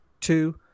Two